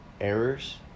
errors